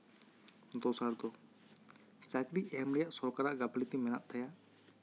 ᱫᱚᱥᱟᱨ ᱫᱚ ᱪᱟᱹᱠᱨᱤ ᱮᱢ ᱨᱮᱭᱟᱜ ᱥᱚᱨᱠᱟᱨᱟᱜ ᱜᱟᱹᱯᱷᱞᱟᱹᱛᱤ ᱢᱮᱱᱟᱜ ᱛᱟᱭᱟ